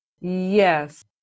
Yes